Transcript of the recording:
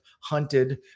hunted